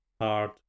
hard